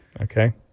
Okay